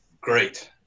great